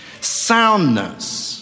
soundness